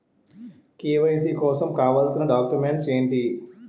KYC కోసం కావాల్సిన documents ఎంటి?